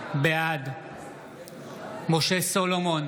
בעד משה סולומון,